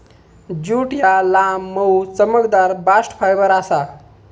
jute ह्या लांब, मऊ, चमकदार बास्ट फायबर आसा